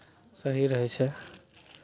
सही रहै छै